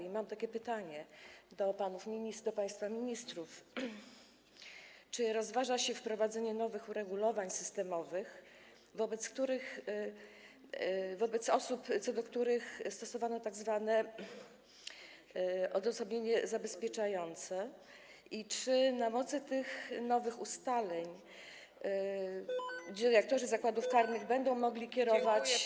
I mam takie pytanie do państwa ministrów: Czy rozważa się wprowadzenie nowych uregulowań systemowych wobec osób, co do których stosowano tzw. odosobnienie zabezpieczające, i czy na mocy tych nowych ustaleń dyrektorzy zakładów karnych będą mogli kierować.